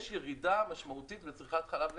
יש ירידה משמעותית בצריכת חלב לנפש.